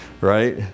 right